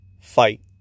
fight